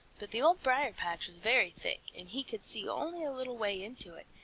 but the old briar-patch was very thick, and he could see only a little way into it,